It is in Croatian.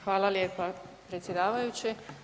Hvala lijepa predsjedavajući.